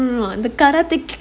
no no the karate kick